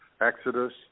Exodus